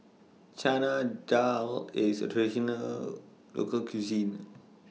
Chana Dal IS A Traditional Local Cuisine